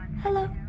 Hello